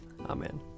Amen